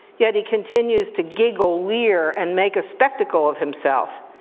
yet he continues to giggle, leer, and make a spectacle of himself.